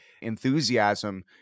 enthusiasm